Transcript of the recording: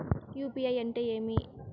UPI అంటే ఏమి?